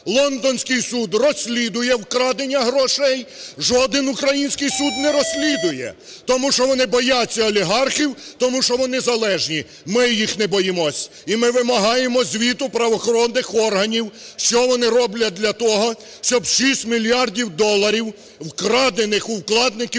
Лондонський суд розслідує вкрадення грошей. Жоден український суд не розслідує тому що вони бояться олігархів, тому що вони залежні. Ми їх не боїмось. І ми вимагаємо звіту правоохоронних органів, що вони роблять для того, щоб 6 мільярдів доларів вкрадених у вкладників